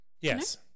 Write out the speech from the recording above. Yes